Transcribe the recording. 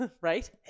right